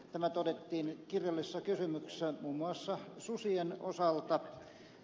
tämä todettiin kirjallisessa kysymyksessä muun muassa susien osalta